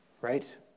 right